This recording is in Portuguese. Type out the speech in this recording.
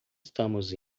estamos